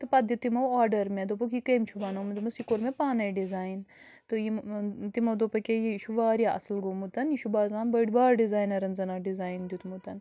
تہٕ پتہٕ دیُت تِمو آرڈَر مےٚ دوٚپُکھ یہِ کٔمۍ چھُ بنومُت دوٚپمَس یہِ کوٚر مےٚ پانَے ڈِزاین تہٕ یِمہٕ تِمو دوٚپ أکیٛا یہِ یہِ چھُ واریاہ اَصٕل گوٚمُت یہِ چھُ باسان بٔڑۍ بار ڈِزاینَرَن زَن اَتھ ڈِزاین دیُتمُت